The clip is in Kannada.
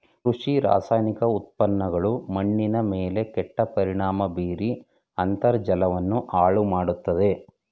ಕೃಷಿ ರಾಸಾಯನಿಕ ಉತ್ಪನ್ನಗಳು ಮಣ್ಣಿನ ಮೇಲೆ ಕೆಟ್ಟ ಪರಿಣಾಮ ಬೀರಿ ಅಂತರ್ಜಲವನ್ನು ಹಾಳು ಮಾಡತ್ತದೆ